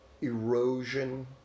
erosion